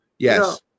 Yes